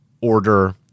order